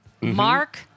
Mark